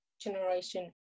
generation